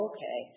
Okay